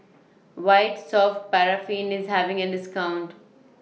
White Soft Paraffin IS having A discount